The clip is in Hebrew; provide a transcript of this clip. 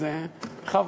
אז בכבוד.